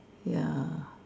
ya